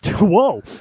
Whoa